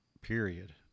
period